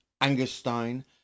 Angerstein